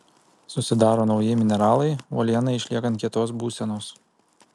susidaro nauji mineralai uolienai išliekant kietos būsenos